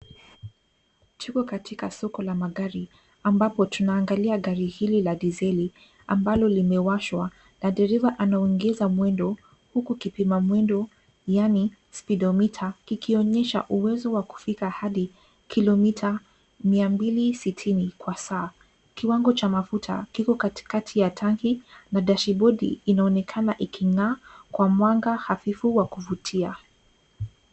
Tuko katika soko la magari ambapo tunaangalia gari hili la dizeli ambalo limewashwa na dereva anaongeza mwendo huku kipima mwendo yaani speedometer kikionyesha uwezo wa kufika hadi kilomita mia mbili sitini kwa saa. Kiwango cha mafuta kiko katikati ya tanki na dashibodi inaonekana iking'aa kwa mwanga hafifu wa kuvutia.